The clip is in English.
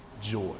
joy